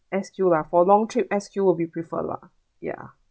S_Q lah for long trip S_Q will be preferred lah ya